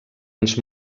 ens